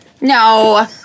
No